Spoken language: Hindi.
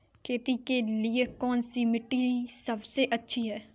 खेती के लिए कौन सी मिट्टी सबसे अच्छी है?